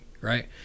right